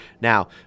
Now